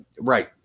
right